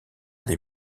des